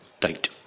date